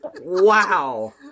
Wow